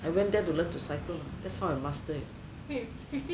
I went there to learn to cycle you know that's how I learned to master it